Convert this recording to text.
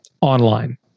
online